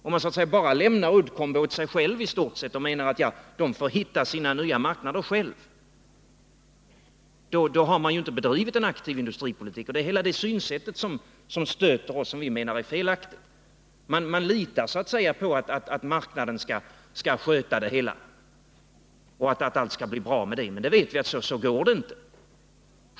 Om man istort sett bara lämnar Uddcombåt sig självt och menar att företaget får hitta sina nya marknader på egen hand, då har man ju inte bedrivit en aktiv industripolitik. Hela det synsättet stöter oss —- vi menar att det är felaktigt. Man litar på att marknaden skall sköta det hela och att allt skall bli bra med det, men vi vet att så går det inte.